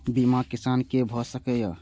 बीमा किसान कै भ सके ये?